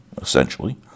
essentially